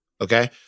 okay